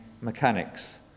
mechanics